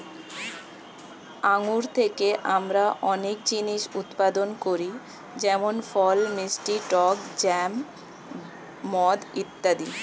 আঙ্গুর থেকে আমরা অনেক জিনিস উৎপাদন করি যেমন ফল, মিষ্টি, টক জ্যাম, মদ ইত্যাদি